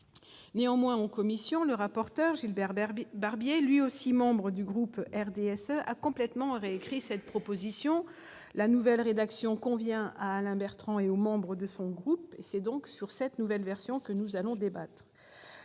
Néanmoins, en commission, le rapporteur, Gilbert Barbier, lui aussi membre du groupe du RDSE, a complètement réécrit cette proposition de loi. La nouvelle rédaction convient à Alain Bertrand et aux membres de son groupe. C'est donc de cette nouvelle version que nous allons débattre.